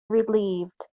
relieved